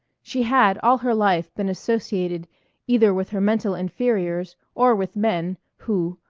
she had all her life been associated either with her mental inferiors or with men who,